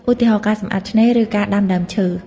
ឧទាហរណ៍ ការសម្អាតឆ្នេរ ឬការដាំដើមឈើ។